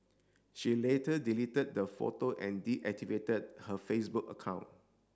she later deleted the photo and deactivated her Facebook account